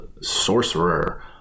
sorcerer